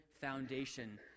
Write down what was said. foundation